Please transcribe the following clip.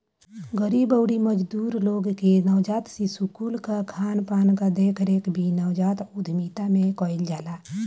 गरीब अउरी मजदूर लोग के नवजात शिशु कुल कअ खानपान कअ देखरेख भी नवजात उद्यमिता में कईल जाला